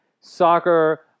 soccer